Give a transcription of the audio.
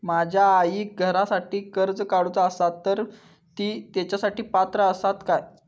माझ्या आईक घरासाठी कर्ज काढूचा असा तर ती तेच्यासाठी पात्र असात काय?